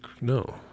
no